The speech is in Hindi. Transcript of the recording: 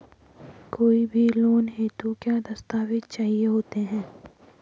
कोई भी लोन हेतु क्या दस्तावेज़ चाहिए होते हैं?